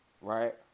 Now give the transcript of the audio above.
Right